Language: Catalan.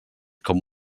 com